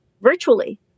virtually